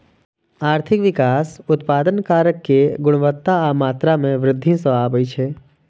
आर्थिक विकास उत्पादन कारक के गुणवत्ता आ मात्रा मे वृद्धि सं आबै छै